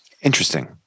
Interesting